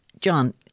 John